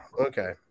okay